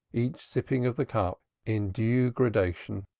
each sipping of the cup in due gradation,